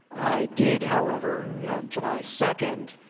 i did, however yeah on july second,